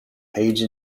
paige